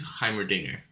Heimerdinger